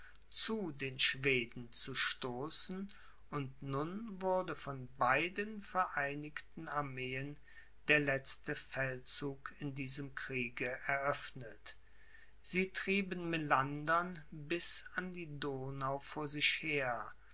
zu den schweden zu stoßen und nun wurde von beiden vereinigten armeen der letzte feldzug in diesem kriege eröffnet sie trieben melandern bis an die donau vor sich her